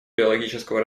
биологического